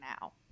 now